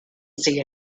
see